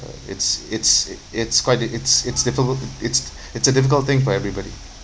it's it's it's quite di~ it it's it's difficult it's it's a difficult thing for everybody